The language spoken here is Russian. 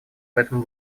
поэтому